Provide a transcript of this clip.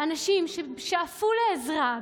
אנשים ששאפו לעזרה,